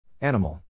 Animal